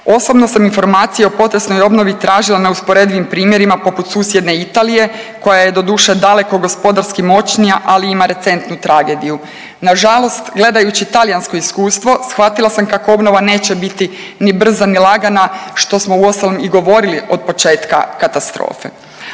Osobno sam informacije o potresnoj obnovi tražila na usporedivim primjerima poput susjedne Italije koja je doduše daleko gospodarski moćnija, ali ima recentnu tragediju. Nažalost gledajući talijansko iskustvo shvatila sam kako obnova neće biti ni brza ni lagana što smo uostalom i govorili od početka katastrofe.